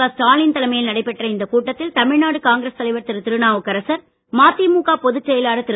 க ஸ்டாலின் தலைமையில் நடைபெற்ற இந்த கூட்டத்தில் தமிழ்நாடு காங்கிரஸ் தலைவர் திரு திருநாவுக்கரசர் மதிமுக பொது செயலாளர் திரு